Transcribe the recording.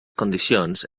condicions